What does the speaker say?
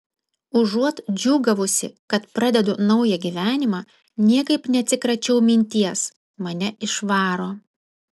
užuot džiūgavusi kad pradedu naują gyvenimą niekaip neatsikračiau minties mane išvaro